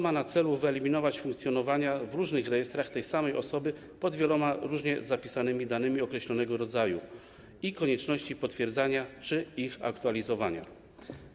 Ma to na celu wyeliminowanie funkcjonowania w różnych rejestrach tej samej osoby pod wieloma różnie zapisanymi danymi określonego rodzaju i konieczności ich potwierdzania czy aktualizowania.